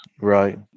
Right